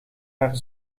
haar